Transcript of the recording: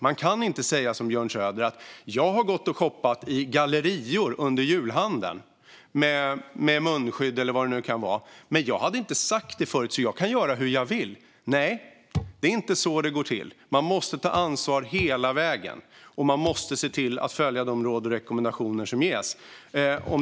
Man kan inte säga som Björn Söder: Jag har gått och shoppat i gallerior under julhandeln, med munskydd och vad det nu kan vara, men jag hade inte sagt detta förut så jag kan göra hur jag vill. Nej, det är inte så det går till. Man måste ta ansvar hela vägen, och man måste se till att följa de råd och rekommendationer som ges.